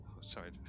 sorry